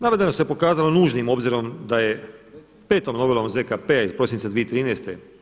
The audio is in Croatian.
Navedena su se pokazala nužnim obzirom da je 5. novelom ZKP iz prosinca 2013.